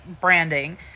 branding